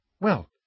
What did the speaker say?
Well